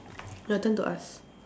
your turn to ask